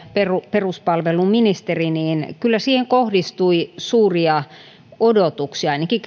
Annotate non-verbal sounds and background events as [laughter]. peruspalveluministeri niin kyllä siihen kohdistui suuria odotuksia ainakin [unintelligible]